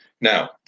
Now